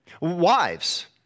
Wives